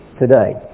today